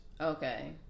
Okay